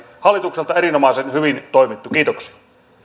hallitukselta erinomaisen hyvin toimittu kiitoksia